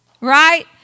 Right